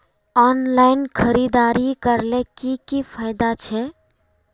Online खरीदारी करले की की फायदा छे?